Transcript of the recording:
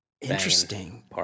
Interesting